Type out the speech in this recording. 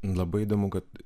labai įdomu kad